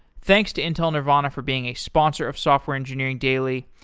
thanks to intel nervana for being a sponsor of software engineering daily,